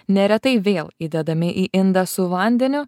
neretai vėl įdedami į indą su vandeniu